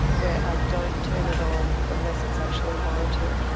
where i don't turn it on unless it's actually warranted.